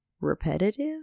repetitive